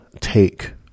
take